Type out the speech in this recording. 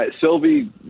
Sylvie